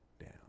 down